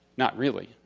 not really.